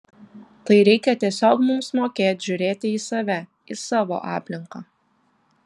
tai reikia tiesiog mums mokėt žiūrėti į save į savo aplinką